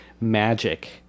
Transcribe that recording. magic